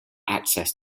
access